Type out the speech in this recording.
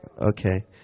Okay